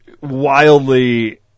wildly